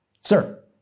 Sir